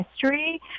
history